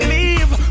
Leave